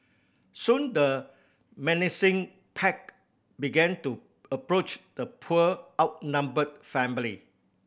soon the menacing pack began to approach the poor outnumbered family